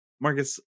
Marcus